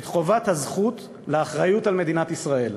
את חובת הזכות לאחריות על מדינת ישראל.